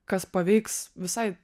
kas paveiks visai